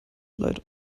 leid